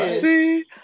See